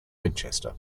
winchester